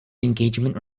engagement